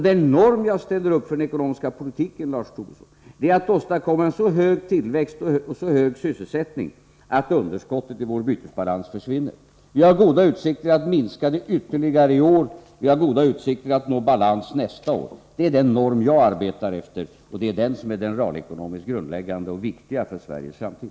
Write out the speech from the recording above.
Den norm jag ställer upp för den ekonomiska politiken, Lars Tobisson, är att åstadkomma en så hög tillväxt och en så hög sysselsättning att underskottet i vår bytesbalans försvinner. Vi har goda utsikter att minska det ytterligare i år, och vi har goda utsikter att nå balans nästa år. Det är den norm jag arbetar efter. Det är den som är den realekonomiskt grundläggande och viktiga för Sveriges framtid.